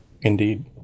Indeed